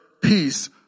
peace